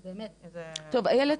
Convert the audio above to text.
איילת,